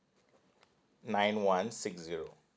nine one six zero